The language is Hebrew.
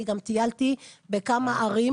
אני גם טיילתי בכמה ערים,